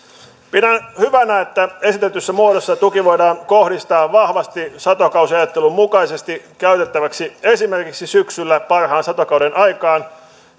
pidän hyvänä että esitetyssä muodossa tuki voidaan kohdistaa vahvasti satokausiajattelun mukaisesti käytettäväksi esimerkiksi syksyllä parhaan satokauden aikaan